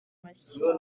mashyamba